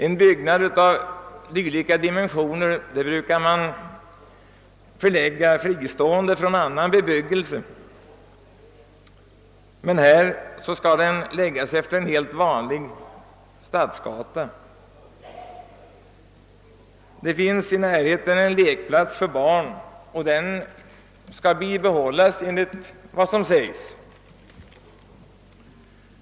En byggnad av dylika dimensioner brukar man förlägga fristående från annan bebyggelse, men här skall den läggas utefter en helt vanlig stadsgata. Det finns i närheten en lekplats för barn, som enligt vad som sägs skall bibehållas.